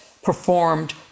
performed